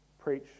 Preach